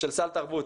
של סל תרבות,